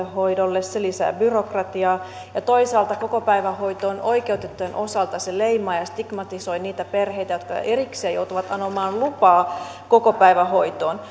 hoidolle se lisää byrokratiaa ja toisaalta kokopäivähoitoon oikeutettujen osalta se leimaa ja stigmatisoi niitä perheitä jotka erikseen joutuvat anomaan lupaa kokopäivähoitoon